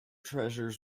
treasures